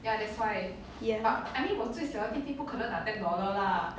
ya